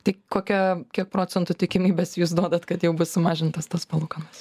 tik kokią kiek procentų tikimybės jūs duodat kad jau bus sumažintos tas palūkanos